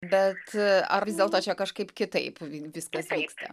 bet ar vis dėlto čia kažkaip kitaip viskas vyksta